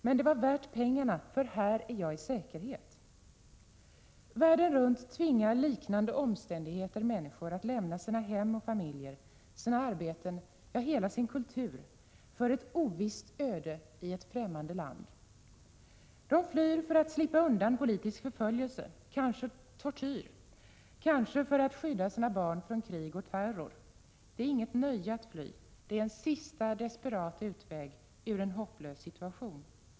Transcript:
Men det var värt pengarna, för här är jag i säkerhet.” Världen runt tvingar liknande omständigheter människor att lämna sina hem och familjer, sina arbeten — ja, hela sin kultur — för ett ovisst öde i ett främmande land. De flyr för att slippa undan politisk förföljelse, kanske tortyr, kanske för att skydda sina barn från krig och terror. Det är inget nöje att fly. Det är en sista desperat utväg ur en hopplös situation.